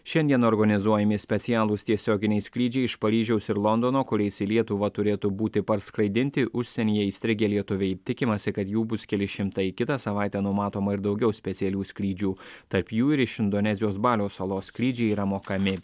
šiandien organizuojami specialūs tiesioginiai skrydžiai iš paryžiaus ir londono kuriais į lietuvą turėtų būti parskraidinti užsienyje įstrigę lietuviai tikimasi kad jų bus keli šimtai kitą savaitę numatoma ir daugiau specialių skrydžių tarp jų ir iš indonezijos balio salos skrydžiai yra mokami